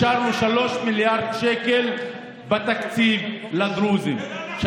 אישרנו 3 מיליארד שקל בתקציב לדרוזים,